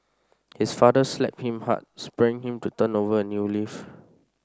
his father slapped him hard spurring him to turn over a new leaf